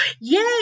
yay